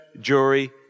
jury